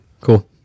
Cool